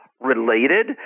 related